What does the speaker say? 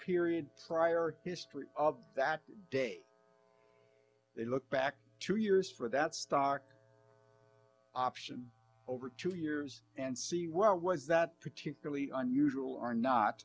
period prior history of that day they look back two years for that stock option over two years and see what was that particularly unusual or